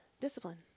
Discipline